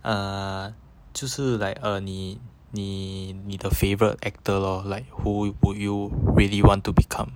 uh 就是 like uh 你你你的 favourite actor lor like who you who you really want to become